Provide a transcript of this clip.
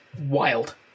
wild